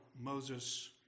Moses